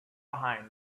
behind